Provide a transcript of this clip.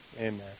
Amen